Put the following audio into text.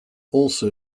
also